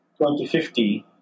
2050